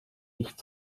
nicht